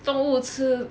动物吃